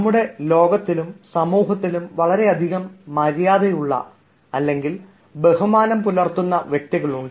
നമ്മുടെ ലോകത്തിലും സമൂഹത്തിലും വളരെയധികം മര്യാദയുള്ള ബഹുമാനം പുലർത്തുന്ന വ്യക്തികളുണ്ട്